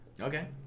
Okay